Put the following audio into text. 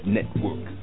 Network